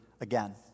again